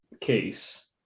case